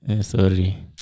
sorry